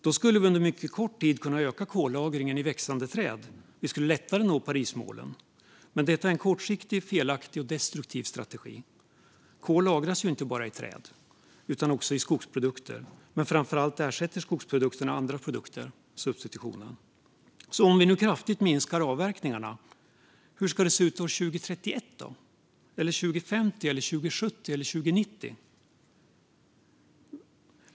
Då skulle vi under mycket kort tid kunna öka kollagringen i växande träd och lättare nå Parismålen. Men detta är en kortsiktig, felaktig och destruktiv strategi. Kol lagras ju inte bara i träd utan också i skogsprodukter, men framför allt ersätter skogsprodukterna andra produkter - substitutionen. Om vi nu kraftigt minskar avverkningarna, hur ska det då se ut 2031, 2050, 2070 eller 2090?